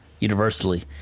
Universally